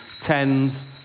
tens